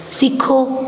ਸਿੱਖੋ